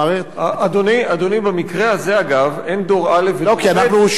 אדוני, במקרה הזה, אגב, אין דור א' ודור ב'.